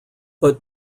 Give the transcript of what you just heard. but